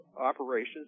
operations